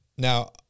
Now